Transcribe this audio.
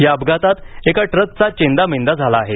या अपघातात एका ट्रकचा चेंदामेदा झाला आहे